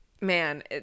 man